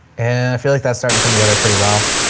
and i feel like that's starting to come together pretty well.